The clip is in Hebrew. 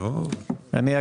אני,